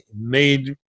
made